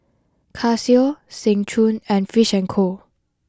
Casio Seng Choon and Fish and Co